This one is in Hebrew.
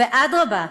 ואדרבה,